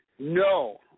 No